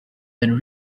then